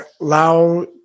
Lao